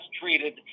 treated